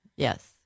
Yes